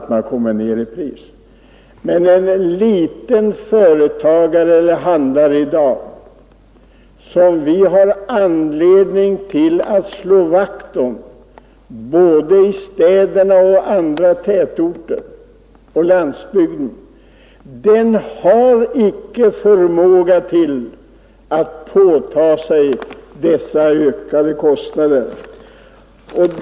Vi har både i städerna och andra tätorter små hantverkare, som vi har anledning att slå vakt om. De har inte förmåga att påtaga sig dessa ökade kostnader.